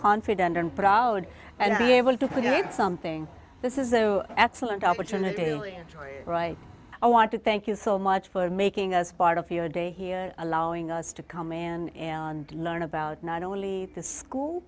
confident and proud and be able to get something this is excellent opportunity right i want to thank you so much for making us part of your day here allowing us to come in and learn about not only the school